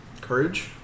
Courage